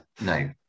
No